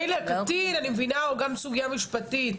מילא הקטין אני מבינה הוא גם סוגיה משפטית.